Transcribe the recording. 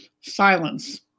Silence